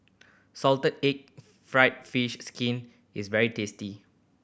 salted egg fried fish skin is very tasty